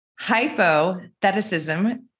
Hypotheticism